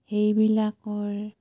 সেইবিলাকৰ